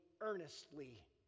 earnestly